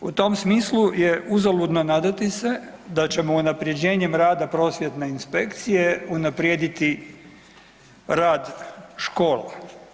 U tom smislu je uzaludno nadati se da ćemo unapređenjem rada prosvjetne inspekcije unaprijediti rad škola.